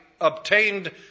obtained